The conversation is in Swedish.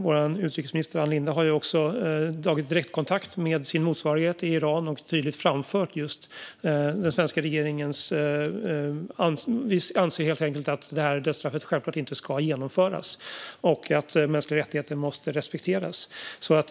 Vår utrikesminister Ann Linde har tagit direktkontakt med sin motsvarighet i Iran och tydligt framfört att den svenska regeringen anser att dödsstraffet självfallet inte ska verkställas och att mänskliga rättigheter måste respekteras.